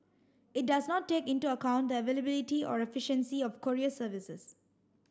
it does not take into account the availability or efficiency of courier services